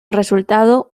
resultado